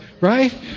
right